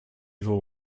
evil